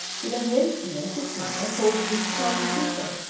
he then raised me, and kissed me, and called me charming creature!